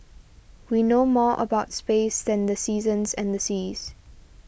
we know more about space than the seasons and the seas